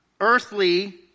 earthly